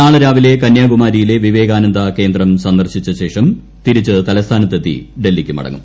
നാളെ രാവിലെ കന്യാകുമാരിയില്ലെ വിവേകാനന്ദ കേന്ദ്രം സന്ദർശിച്ച ശേഷം തിരുവനന്തപുരത്ത് നിന്ന് ഡൽഹിക്കു മടങ്ങും